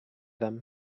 them